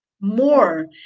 more